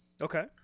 Okay